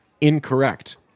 incorrect